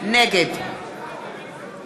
נגד